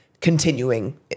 continuing